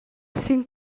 sin